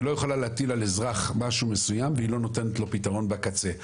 היא לא יכולה להטיל על אזרח משהו מסוים והיא לא נותנת לו פתרון בקצה.